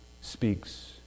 speaks